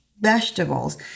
vegetables